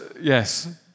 yes